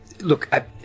look